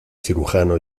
cirujano